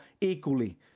equally